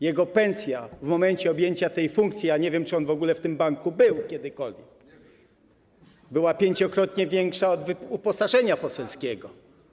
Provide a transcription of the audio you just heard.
Jego pensja w momencie objęcia tej funkcji - nie wiem, czy on w ogóle w tym banku kiedykolwiek był - była pięciokrotnie wyższa od uposażenia poselskiego.